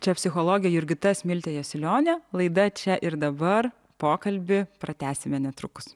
čia psichologė jurgita smiltė jasiulionė laida čia ir dabar pokalbį pratęsime netrukus